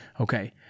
okay